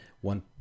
one